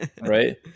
right